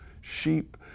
sheep